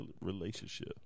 relationship